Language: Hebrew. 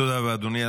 תודה רבה, אדוני.